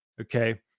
Okay